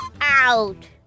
Out